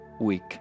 week